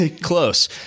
Close